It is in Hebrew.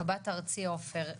חה"כ סילמן אני מבקש, זה סופר חשוב.